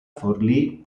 forlì